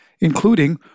including